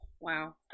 Wow